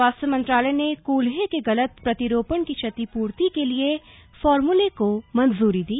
स्वास्थ्य मंत्रालय ने कूल्हे के गलत प्रतिरोपण की क्षतिपूर्ति के लिए फार्मूले को मंजूरी दी